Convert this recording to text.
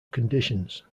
conditions